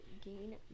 gain